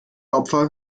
opfer